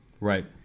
Right